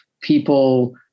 people